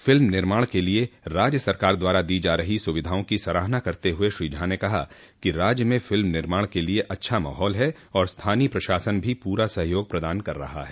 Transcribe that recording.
film निर्माण के लिए राज्य सरकार द्वारा दी जा रही सुविधाओं की सराहना करते हुए श्री झा ने कहा कि राज्य में फ़िल्म निर्माण के लिए अच्छा माहौल है और स्थानीय प्रशासन भी पूरा सहयोग प्रदान कर रहा है